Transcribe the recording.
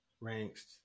ranks